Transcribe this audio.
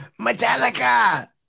Metallica